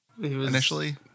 initially